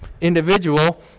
individual